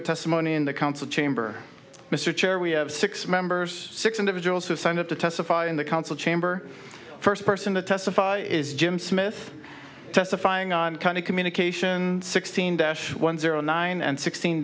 with testimony in the council chamber mr chair we have six members six individuals who have signed up to testify in the council chamber first person to testify is jim smith testifying on kind of communication sixteen dash one zero nine and sixteen